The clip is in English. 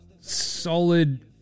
solid